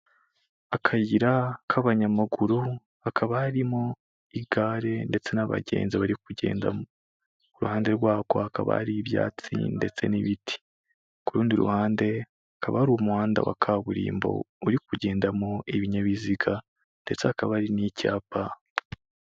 Akayira k'abanyamaguru hakaba harimo igare ndetse n'abagenzi bari kugenda ,iruhande rwaho hakaba hari ibyatsi ndetse n'ibiti ku rundi ruhande hakaba hari umuhanda wa kaburimbo uri kugendamo ibinyabiziga ndetse akaba hari n'icyapa.